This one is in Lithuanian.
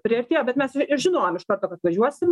priartėjo bet mes ir žinojom iš karto kad važiuosim